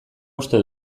uste